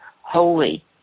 holy